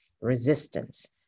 Resistance